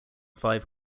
five